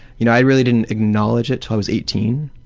you know, i really didn't acknowledge it til i was eighteen.